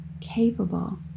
capable